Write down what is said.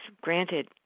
granted